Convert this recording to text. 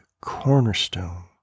cornerstone